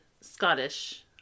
Scottish